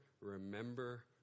remember